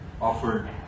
offered